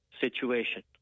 situation